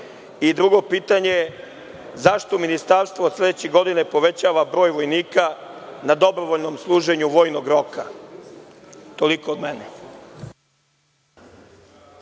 Drugo pitanje – zašto ministarstvo od sledeće godine povećava broj vojnika na dobrovoljnom služenju vojnog roka? Toliko od mene.